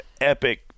epic